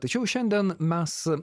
tačiau šiandien mes